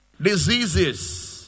Diseases